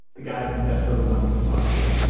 the guy i've been desperately wanting to talk to.